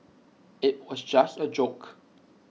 IT was just A joke